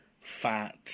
fat